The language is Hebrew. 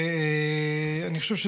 אני חושב,